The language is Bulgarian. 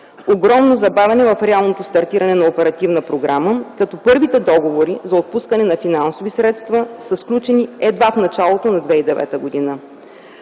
огромно забавяне в реалното стартиране на оперативната програма, като първите договори за отпускане на финансови средства са сключени едва в началото на 2009 г.;